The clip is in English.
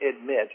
admit